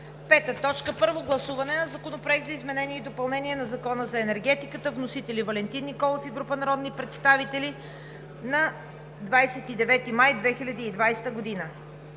2020 г. 4. Първо гласуване на Законопроекта за изменение и допълнение на Закона за енергетиката. Вносители – Валентин Николов и група народни представители на 29 май 2020 г.